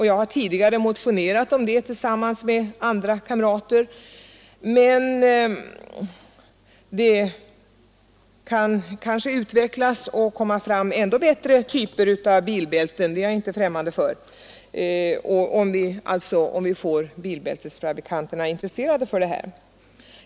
Jag har tidigare motionerat om det här tillsammans med några kamrater. Typen rullbälte är bra, men det kan kanske utvecklas ännu bättre typer av bilbälten, om vi får bilbältesfabrikanterna intresserade; det är jag inte främmande för.